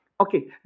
Okay